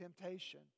temptation